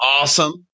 awesome